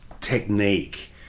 technique